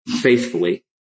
faithfully